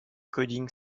coding